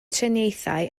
triniaethau